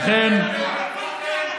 אבל אתה ראש הממשלה.